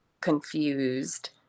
confused